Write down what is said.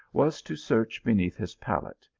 was to search beneath his pallet,